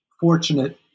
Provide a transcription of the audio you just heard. fortunate –